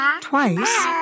twice